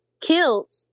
killed